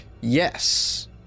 Yes